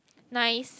nice